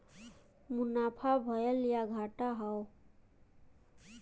मुनाफा भयल या घाटा हौ